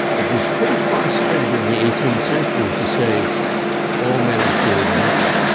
it was pretty far-sighted in the eighteenth century to say all men are created equal.